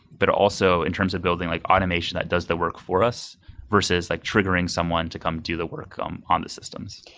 but also in terms of building like automation that does the work for us versus like triggering someone to come do the work um on the systems.